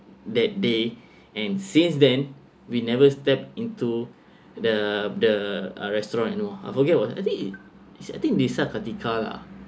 that day and since then we never stepped into the the uh restaurant you know I forget what I think it I think desa kartika lah